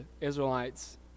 Israelites